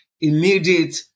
immediate